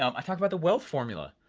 um i talk about the wealth formula,